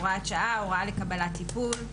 הוראת שעה) (הוראה לקבלת טיפול),